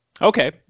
Okay